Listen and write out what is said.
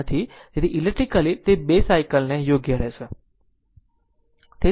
તેથી ઇલેક્ટ્રિકલી તે 2 સાયકલ યોગ્ય રહેશે